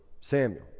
Samuel